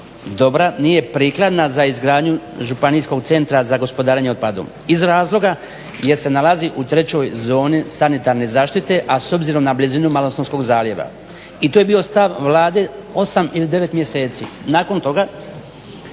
dobra nije prikladna za izgradnju županijskog centra za gospodarenje otpadom iz razloga jer se nalazi u trećoj zoni sanitarne zaštite, a s obzirom na blizinu Malostonskog zaljeva. I to je bio stav Vlade 8 ili 9 mjeseci. Nakon toga